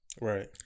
Right